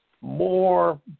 more